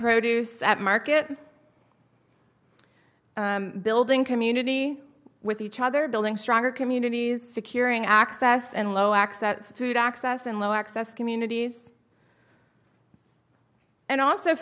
produce at market building community with each other building stronger communities securing access and low accept food access and low access communities and also